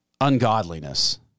ungodliness